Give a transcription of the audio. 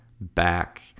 back